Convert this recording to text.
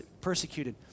persecuted